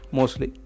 Mostly